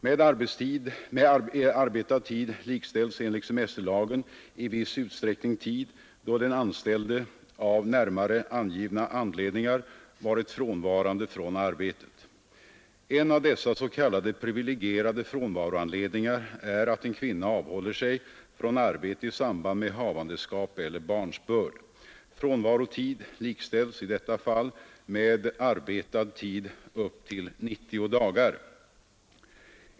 Med arbetad tid likställs enligt semesterlagen i viss utsträckning tid, då den anställde av närmare angivna anledningar varit frånvarande från arbetet. En av dessa s.k. privilegierade frånvaroanledningar är att en kvinna avhåller sig från arbete i samband med havandeskap eller barnsbörd. Frånvarotid likställs i detta fall med arbetad tid upp till 90 dagar.